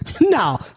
no